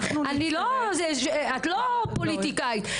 את לא פוליטיקאית.